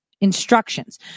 instructions